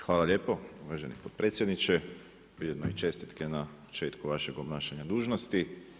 Hvala lijepo, uvaženi potpredsjedniče, ujedno i čestitke na početku vašeg obnašanja dužnosti.